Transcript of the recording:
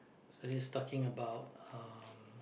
so this is talking about uh